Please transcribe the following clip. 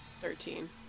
Thirteen